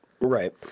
Right